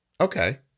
Okay